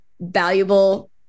valuable